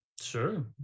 Sure